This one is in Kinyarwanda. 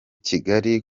kigali